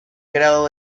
grado